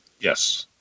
Yes